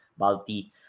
Balti